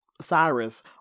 cyrus